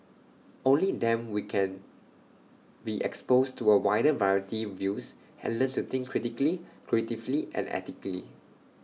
only them we can be exposed to A wider variety views and learn to think critically creatively and ethically